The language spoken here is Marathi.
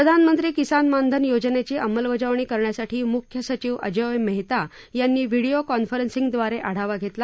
प्रधानमंत्री किसान मानधन योजनेची अंमलबजावणी करण्यासाठी मुख्य सचिव अजोय मेहता यांनी व्हिडीओ कॉन्फरन्सिंगद्वारे आढावा घेतला